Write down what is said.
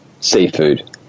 Seafood